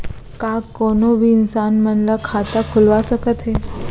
का कोनो भी इंसान मन ला खाता खुलवा सकथे?